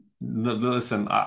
listen